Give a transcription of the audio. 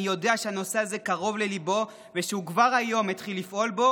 אני יודע שהנושא הזה קרוב לליבו ושהוא כבר היום התחיל לפעול בו.